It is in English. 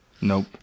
Nope